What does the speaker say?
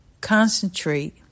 concentrate